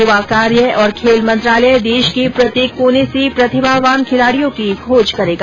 युवा कार्य और खेल मंत्रालय देश के प्रत्येक कोने से प्रतिभावान खिलाडियों की खोज करेगा